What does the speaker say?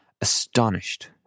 astonished